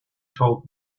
told